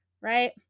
right